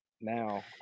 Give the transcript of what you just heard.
now